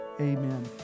Amen